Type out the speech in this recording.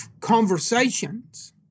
conversations